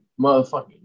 motherfucking